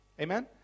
Amen